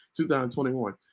2021